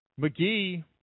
McGee